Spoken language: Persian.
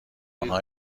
آنها